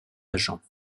agents